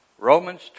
Romans